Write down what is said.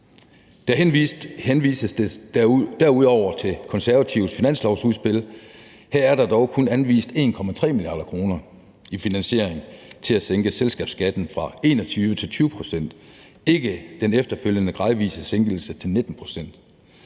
Der henvises derudover til Konservatives finanslovsudspil; her er der dog kun anvist 1,3 mia. kr. i finansiering til at sænke selskabsskatten fra 22 til 21 pct. – ikke den efterfølgende gradvise sænkelse til 19 pct.